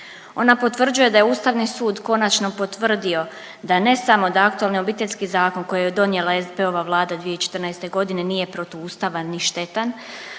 Ona potvrđuje da je Ustavni sud konačno potvrdio da ne samo da aktualni Obiteljski zakon koji je donijela SDP-ova Vlada 2014. godine nije protuustavan ni štetan,